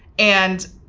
and,